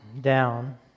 down